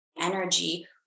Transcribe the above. energy